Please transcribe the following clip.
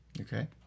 Okay